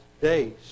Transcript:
days